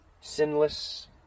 sinless